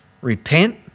Repent